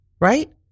right